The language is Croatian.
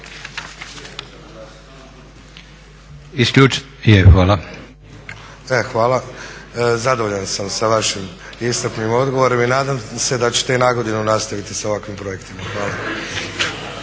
Hvala. Zadovoljan sam sa vašim iscrpnim odgovorom i nadam se da ćete i nagodinu nastaviti sa ovakvim projektima. Hvala.